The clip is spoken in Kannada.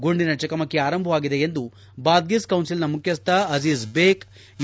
ಗುಂಡಿನ ಚಕಮಕಿ ಆರಂಭವಾಗಿದೆ ಎಂದು ಬಾಧಿಸ್ ಕೌನ್ವಿಲ್ನ ಮುಖ್ಯಸ್ಹ ಆಝಿಜ್ ಬೇಕ್ ಎ